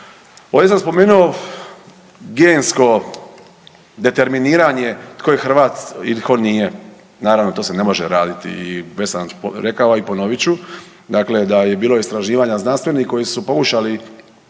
Ovdje sam spomenuo gensko determiniranje tko je Hrvat ili tko nije. Naravno to se ne može raditi. I već sam rekao, a i ponovit ću. Dakle, da je bilo istraživanja znanstvenih koji su pokušali